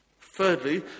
Thirdly